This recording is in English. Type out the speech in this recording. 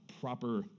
proper